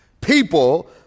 People